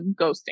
ghosting